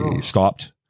stopped